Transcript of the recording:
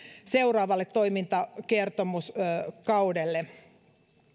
seuraavalle toimintakertomuskaudelle